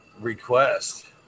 request